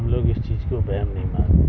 ہم لوگ اس چیز کو وہم نہیں مانتے